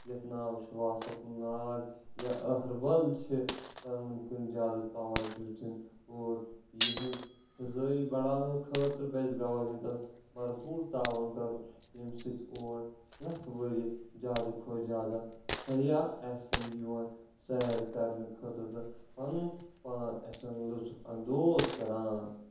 یَتھ ناو چھُ واسک ناگ یا أہربل چھِ تِمن کُن زیادٕ تَوجُہ دیُن اور یِہنٛز فِضٲیی بَڑاونہٕ خٲطرٕ پَزِ گورمیٚنٛٹس برپوٗر تعاوُن کَرُن ییٚمہِ سۭتۍ اور پرٛٮ۪تھ ؤرۍ یہِ زیادٕ کھۄتہٕ زیادٕ سَیاح آسن یِوان سیر کرنہٕ خٲطرٕ تہٕ پَنُن پان آسن لُطف اَنٛدوز کران